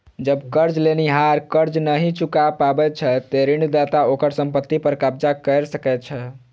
जब कर्ज लेनिहार कर्ज नहि चुका पाबै छै, ते ऋणदाता ओकर संपत्ति पर कब्जा कैर सकै छै